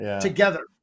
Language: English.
together